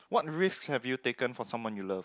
what risks have you taken for someone you loved